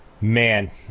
Man